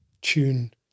tune